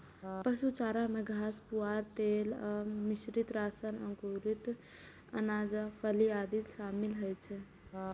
पशु चारा मे घास, पुआर, तेल एवं मिश्रित राशन, अंकुरित अनाज आ फली आदि शामिल होइ छै